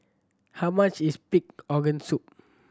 how much is pig organ soup